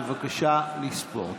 בבקשה לספור.